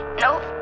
nope